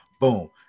Boom